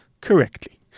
correctly